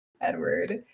edward